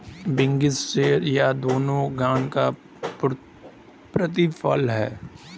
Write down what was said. बगासी शीरा ये दोनों गन्ने के प्रतिफल हैं